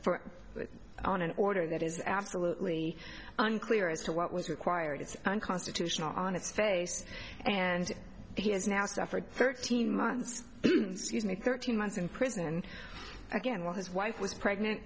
for on an order that is absolutely unclear as to what was required is unconstitutional on its face and he has now suffered thirteen months thirteen months in prison and again when his wife was pregnant